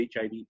HIV